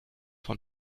von